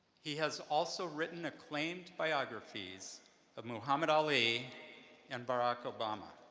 he has also written acclaimed biographies of muhammad ali and barack obama.